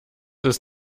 ist